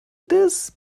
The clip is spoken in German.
des